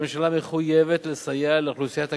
הממשלה מחויבת לסייע לאוכלוסיית הקשישים,